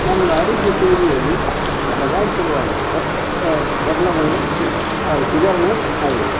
ನಮ್ಮ ಆರೋಗ್ಯ ಸೇವೆಯಲ್ಲಿ ಅಗಾಂತರ್ವಾದ ಬದ್ ಬದಲಾವಣೆ ಹಾಗೆ ಸುಧಾರಣೆ ಆಗಿದೆ